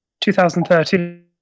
2013